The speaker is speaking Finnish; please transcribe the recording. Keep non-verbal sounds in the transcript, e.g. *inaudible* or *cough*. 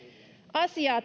asiaa *unintelligible*